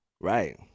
Right